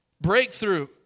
breakthrough